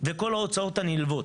וכל ההוצאות הנלוות.